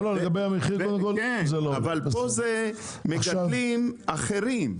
אבל פה זה מגדלים אחרים.